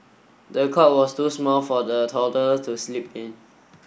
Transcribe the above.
the cot was too small for the toddler to sleep in